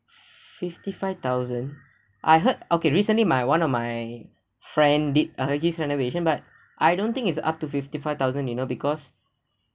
fifty five thousand I heard okay recently my one of my friend did uh his renovation but I don't think is up to fifty five thousand you know because